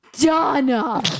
Donna